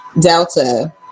Delta